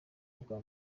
bwa